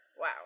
Wow